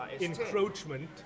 encroachment